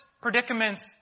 predicaments